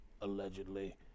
Allegedly